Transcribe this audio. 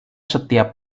setiap